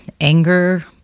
anger